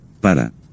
para